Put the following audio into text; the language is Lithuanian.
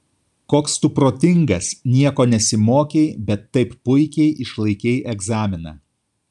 koks tu protingas nieko nesimokei bet taip puikiai išlaikei egzaminą